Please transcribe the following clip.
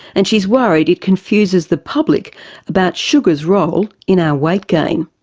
and she's worried it confuses the public about sugar's role in our weight gain,